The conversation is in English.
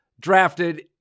drafted